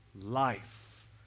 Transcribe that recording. life